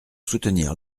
soutenir